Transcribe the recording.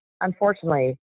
unfortunately